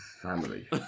family